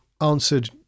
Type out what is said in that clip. answered